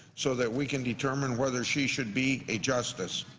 so that we can determine whether she should be a justice.